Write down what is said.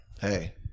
Hey